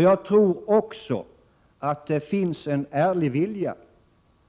Jag tror också, att det finns en ärlig vilja